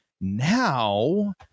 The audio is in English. now